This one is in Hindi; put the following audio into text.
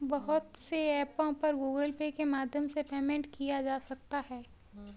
बहुत से ऐपों पर गूगल पे के माध्यम से पेमेंट किया जा सकता है